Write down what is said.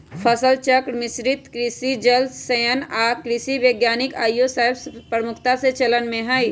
फसल चक्र, मिश्रित कृषि, जल संचयन आऽ कृषि वानिकी आइयो सेहय प्रमुखता से चलन में हइ